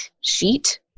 sheet